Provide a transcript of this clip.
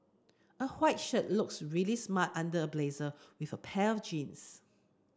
a white shirt looks really smart under a blazer with a pair of jeans